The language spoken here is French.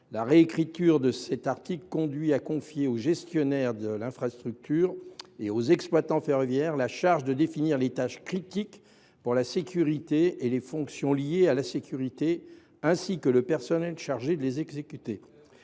La réécriture de cet article conduit à confier au gestionnaire de l’infrastructure et aux exploitants ferroviaires la charge de définir les tâches critiques pour la sécurité et les fonctions liées à la sécurité, ainsi que de déterminer le personnel chargé d’exercer